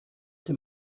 dem